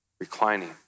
reclining